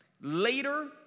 later